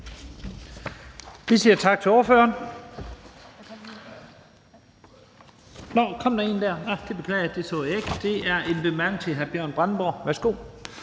Vi siger tak til ordføreren – nå, der kom en kort bemærkning. Det beklager jeg; det så jeg ikke. Det er en kort bemærkning til hr. Bjørn Brandenborg. Værsgo.